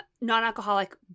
non-alcoholic